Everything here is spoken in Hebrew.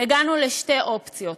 הגענו לשתי אופציות: